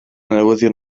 newyddion